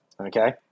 okay